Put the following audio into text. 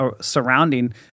surrounding